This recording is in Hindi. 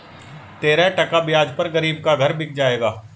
तेरह टका ब्याज पर गरीब का घर बिक जाएगा